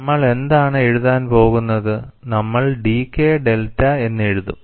നമ്മൾ എന്താണ് എഴുതാൻ പോകുന്നത് നമ്മൾ dK ഡെൽറ്റ എന്നെഴുതും